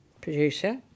producer